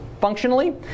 functionally